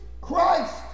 Christ